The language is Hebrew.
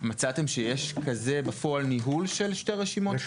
מצאתם שיש בפועל ניהול של שתי רשימות כאלה?